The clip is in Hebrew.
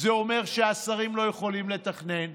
זה אומר שהשרים לא יכולים לתכנן,